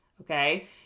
okay